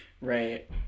right